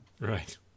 Right